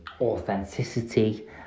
authenticity